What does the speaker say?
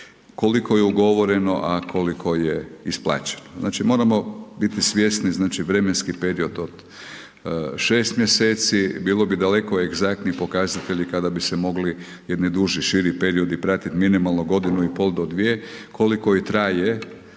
koliko je ugovoreno, a koliko je isplaćeno. Znači moramo biti svjesni znači vremenski period od 6 mjeseci, bilo bi daleko egzaktniji pokazatelji kada bi se mogli jedni duži, širi periodi pratiti, minimalno godinu i pol do dvije koliko i traje